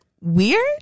weird